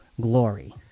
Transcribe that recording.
glory